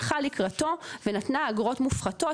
הלכה לקראתו ונתנה אגרות מופחתות,